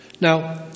Now